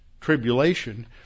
tribulation